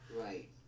Right